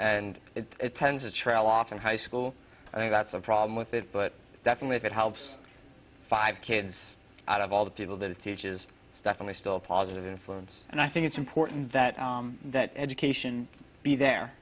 and it tends to trail off in high school i think that's a problem with it but definitely if it helps five kids out of all the people that age is definitely still a positive influence and i think it's important that that education be there